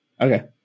Okay